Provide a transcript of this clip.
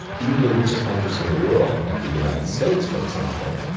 even the richest countries in the world like the united states for example,